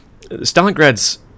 stalingrad's